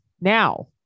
Now